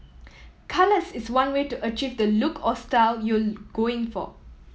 colours is one way to achieve the look or style you're going for